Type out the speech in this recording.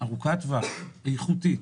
ארוכת טווח, איכותית,